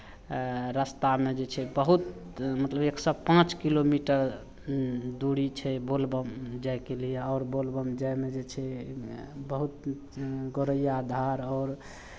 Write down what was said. रस्तामे जे छै बहुत मतलब एक सए पाँच किलोमीटर दूरी छै बोलबम जायके लिए आओर बोलबम जायमे जे छै ओहिमे बहुत गोरैया धार आओर